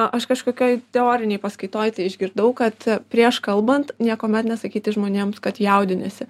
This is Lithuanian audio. aš kažkokioj teorinėj paskaitoj tai išgirdau kad prieš kalbant niekuomet nesakyti žmonėms kad jaudiniesi